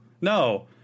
no